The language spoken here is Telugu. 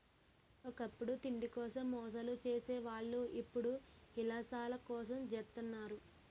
ఒకప్పుడు తిండి కోసం మోసాలు సేసే వాళ్ళు ఇప్పుడు యిలాసాల కోసం జెత్తన్నారు